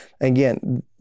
Again